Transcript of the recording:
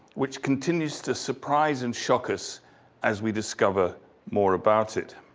which continues to surprise and shock us as we discover more about it.